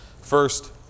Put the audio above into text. First